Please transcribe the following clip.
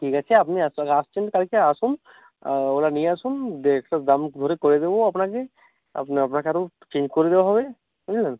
ঠিক আছে আপনি আসছেন কালকে আসুন ওটা নিয়ে আসুন দেখে দাম করে করে দেবো আপনাকে আপনা আপনাকে আরো চেঞ্জ করে দেওয়া হবে হ্যাঁ